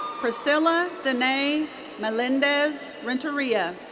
priscila danae melendez renteria.